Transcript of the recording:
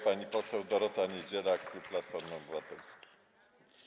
Pani poseł Dorota Niedziela, klub Platformy Obywatelskiej.